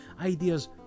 Ideas